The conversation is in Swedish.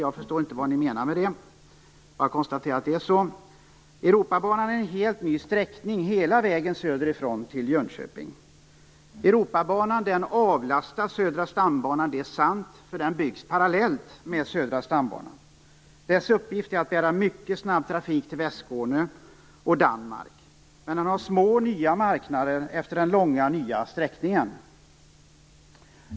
Jag förstår inte vad ni menar med det; jag bara konstaterar att det står så. Europabanan är en helt ny sträckning ifrån söder hela vägen upp till Jönköping. Europabanan avlastar Södra stambanan; det är sant. Den byggs nämligen parallellt med Södra stambanan. Europabanans uppgift är att bära mycket snabb trafik till Västskåne och Danmark. Men den har små nya marknader utefter den långa nya sträckningen.